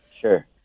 Sure